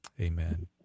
Amen